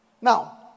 Now